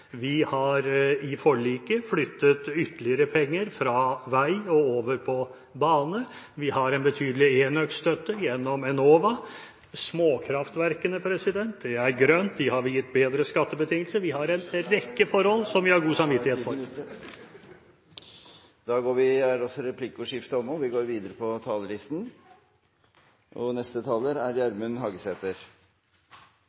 vi har i forliket flyttet ytterligere penger fra vei over på bane, vi har en betydelig enøkstøtte gjennom Enova, og småkraftverkene – det er grønt – har vi gitt bedre skattebetingelser. Det er en rekke forhold som vi har god samvittighet for. Replikkordskiftet er omme. Natt til fredag 21. november, etter 17 dagars forhandlingar, litt før klokka halv fem om morgonen, blei dei fire samarbeidspartia einige om neste